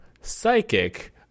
psychic